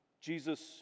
Jesus